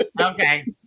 Okay